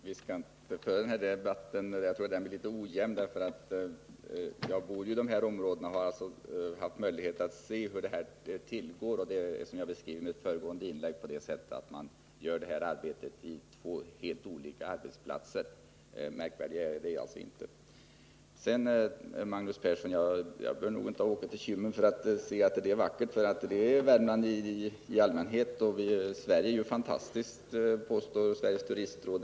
Fru talman! Vi skall nog inte föra denna debatt. Jag tror att den blir litet ojämn, eftersom jag bor i detta område och har haft möjlighet att se hur detta arbete tillgår. Som jag beskrev i mitt föregående inlägg görs detta arbete på två helt olika arbetsplatser. Märkvärdigare är det alltså inte. Jag behöver nog inte, Magnus Persson, åka till Kymmen för att se att det är vackert, för det är Värmland i allmänhet. Sveriges turistråd påstår ju att Sverige är fantastiskt.